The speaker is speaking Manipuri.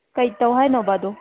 ꯀꯩ ꯇꯧ ꯍꯥꯏꯅꯣꯕ ꯑꯗꯣ